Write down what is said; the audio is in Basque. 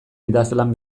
idazlan